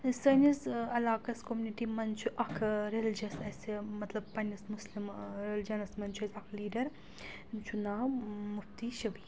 سٲنِس علاقَس کومنِٹی منٛز چھُ اکھ ریٚلِجَس اَسہِ مطلب پنٛنِس مُسلِم ریلِجَنَس منٛز چھِ أسۍ اَکھ لیٖڈَر تٔمِس چھُ ناو مُفتی شبیٖر